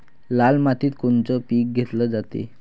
लाल मातीत कोनचं पीक घेतलं जाते?